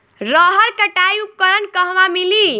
रहर कटाई उपकरण कहवा मिली?